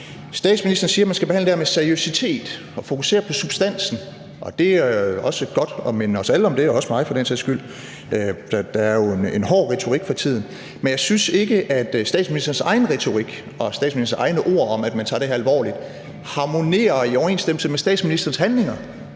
Statsministeren siger, at man skal behandle det her med seriøsitet og fokusere på substansen. Det er godt at minde os alle om det, også mig for den sags skyld. Der er jo en hård retorik for tiden, men jeg synes ikke, at statsministerens egen retorik og statsministerens egne ord om, at man tager det her alvorligt, harmonerer og er i overensstemmelse med statsministerens handlinger.